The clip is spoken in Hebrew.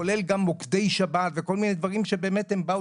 כולל גם מוקדי שב"א וכל מיני דברים שבאמת הם באו לקראת.